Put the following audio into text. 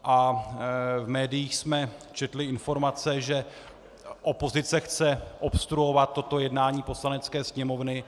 V médiích jsme četli informace, že opozice chce obstruovat toto jednání Poslanecké sněmovny.